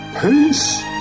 Peace